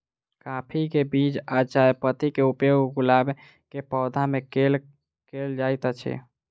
काफी केँ बीज आ चायपत्ती केँ उपयोग गुलाब केँ पौधा मे केल केल जाइत अछि?